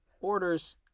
orders